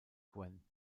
gwen